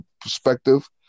perspective